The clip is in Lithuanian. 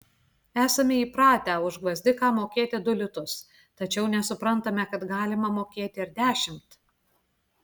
esame įpratę už gvazdiką mokėti du litus tačiau nesuprantame kad galima mokėti ir dešimt